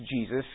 Jesus